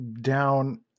down